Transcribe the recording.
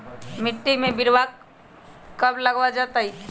मिट्टी में बिरवा कब लगवल जयतई?